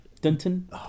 Dunton